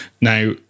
Now